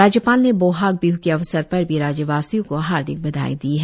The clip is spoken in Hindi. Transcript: राज्यपाल ने बोहाग बीह के अवसर पर भी राज्यवासियों को हार्दिक बधाई दी है